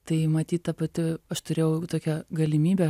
tai matyt ta pati aš turėjau tokią galimybę